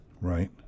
Right